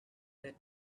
that